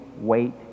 wait